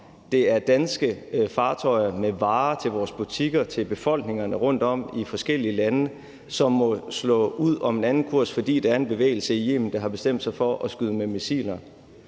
Det er danske fartøjer med varer til vores butikker og til befolkningerne rundtom i forskellige lande, som må sætte en anden kurs og sejle udenom, fordi der er en bevægelse i Yemen, der har bestemt sig for at skyde med missiler.